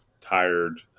tired